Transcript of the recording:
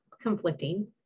conflicting